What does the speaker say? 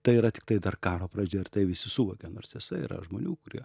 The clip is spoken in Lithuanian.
tai yra tiktai dar karo pradžia ir tai visi suvokia nors tiesa yra žmonių kurie